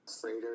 Freighter